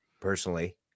personally